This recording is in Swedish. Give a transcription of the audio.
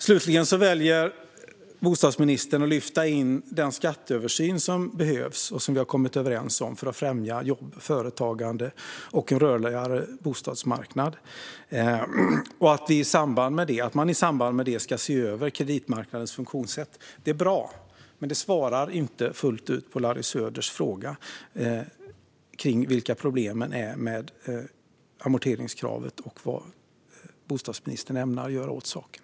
Bostadsministern väljer att lyfta upp den skatteöversyn som behövs och som vi har kommit överens om för att främja jobb, företagande och en rörligare bostadsmarknad och att man i samband med det ska se över kreditmarknadens funktionssätt. Det är bra, men det svarar inte fullt ut på Larry Söders fråga om problemen med amorteringskravet och vad bostadsministern ämnar göra åt detta.